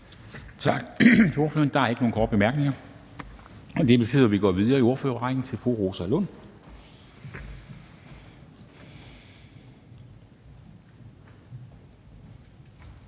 Tak til ordføreren. Der er ikke nogen korte bemærkninger, og det betyder, at vi går videre i ordførerrækken til fru Rosa Lund,